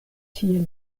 tiel